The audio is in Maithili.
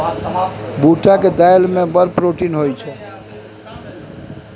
बूटक दालि मे बड़ प्रोटीन होए छै